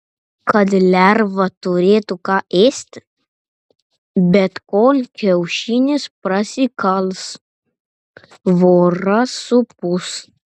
kad lerva turėtų ką ėsti bet kol kiaušinis prasikals voras supus